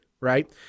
Right